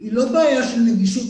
היא לא רק בעיה של הנגישות,